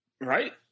right